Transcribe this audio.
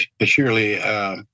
surely